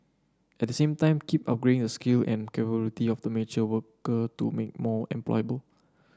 at the same time keep upgrading the skill and capability of the mature worker to make more employable